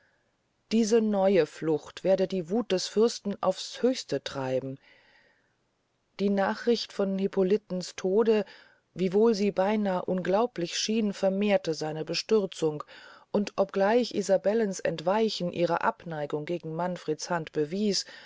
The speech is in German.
diese neue flucht werde die wuth des fürsten aufs höchste treiben die nachricht von hippolitens tode wiewohl sie beynahe unglaublich schien vermehrte seine bestürzung und obgleich isabellens entweichung ihre abneigung gegen manfreds hand bewies